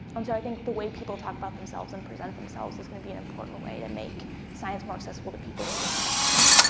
um so i think the way people talk about themselves and present themselves is gonna be an important way to make science more accessible to people who don't have access to it.